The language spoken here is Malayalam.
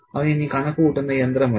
അവൻ ഇനി കണക്കുകൂട്ടുന്ന യന്ത്രമല്ല